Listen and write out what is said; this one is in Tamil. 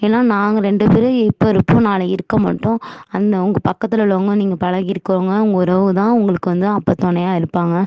ஏன்னா நாங்கள் ரெண்டு பேரும் இப்போ இருப்போம் நாளைக்கு இருக்க மாட்டோம் அந்த அவங்க பக்கத்தில் உள்ளவங்க நீங்கள் பழகிருக்குறவங்க உங்கள் உறவு தான் உங்களுக்கு வந்து அப்போ தொணையாக இருப்பாங்க